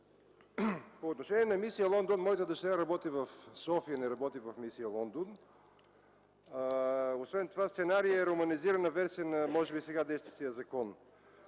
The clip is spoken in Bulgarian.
По отношение на „Мисия Лондон” – моята дъщеря работи в София, не работи в „Мисия Лондон”. Освен това сценарият е романизирана версия на може би сега действащия закон.